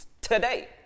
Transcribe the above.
today